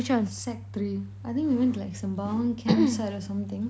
sec three I think we went to like sembawang campsite or something